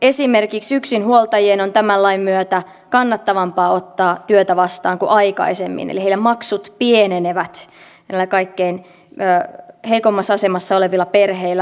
esimerkiksi yksinhuoltajien on tämän lain myötä kannattavampaa ottaa työtä vastaan kuin aikaisemmin eli maksut pienenevät näillä kaikkein heikoimmassa asemassa olevilla perheillä